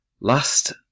Last